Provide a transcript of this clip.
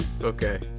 okay